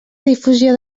difusió